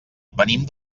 venim